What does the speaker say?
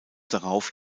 darauf